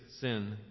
sin